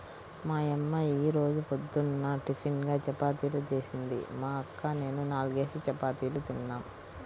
మా యమ్మ యీ రోజు పొద్దున్న టిపిన్గా చపాతీలు జేసింది, మా అక్క నేనూ నాల్గేసి చపాతీలు తిన్నాం